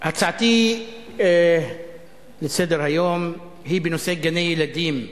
הצעתי לסדר-היום היא בנושא גני-ילדים,